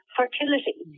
fertility